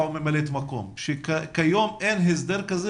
או ממלאת כיום ושכיום אין הסדר כזה.